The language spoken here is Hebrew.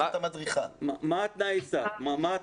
מה תנאי הסף?